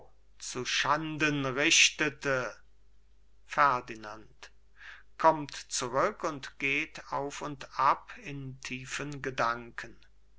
zu schanden richtete ferdinand kommt zurück und geht auf und ab in tiefen gedanken